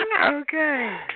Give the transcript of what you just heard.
Okay